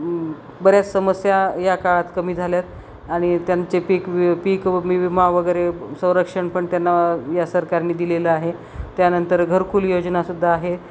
बऱ्याच समस्या या काळात कमी झाल्या आहेत आणि त्यांचे पीक वि पीक वि विमा वगैरे संरक्षण पण त्यांना या सरकारने दिलेलं आहे त्यानंतर घरकुल योजनासुद्धा आहे